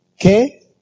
Okay